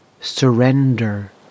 surrender